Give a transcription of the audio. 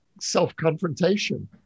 self-confrontation